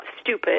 stupid